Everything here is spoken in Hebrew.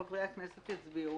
חברי הכנסת יצביעו.